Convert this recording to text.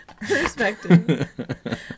Perspective